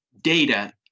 data